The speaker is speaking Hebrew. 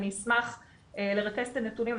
אני אשמח לרכז את הנתונים,